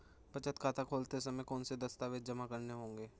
बचत खाता खोलते समय कौनसे दस्तावेज़ जमा करने होंगे?